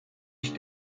ich